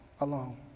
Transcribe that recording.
alone